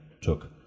took